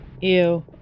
Ew